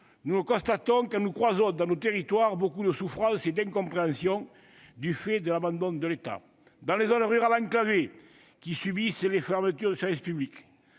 Nous le constatons quand nous croisons dans nos territoires beaucoup de souffrance et d'incompréhension, du fait de l'abandon de l'État : dans les zones rurales enclavées qui subissent les fermetures de services publics,